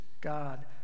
God